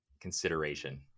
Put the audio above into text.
consideration